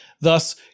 thus